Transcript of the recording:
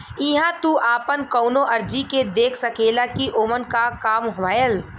इहां तू आपन कउनो अर्जी के देख सकेला कि ओमन क काम भयल